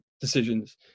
decisions